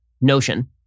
notion